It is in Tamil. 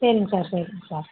சரிங்க சார் சரிங்க சார்